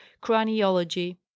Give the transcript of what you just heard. craniology